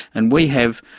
and we have,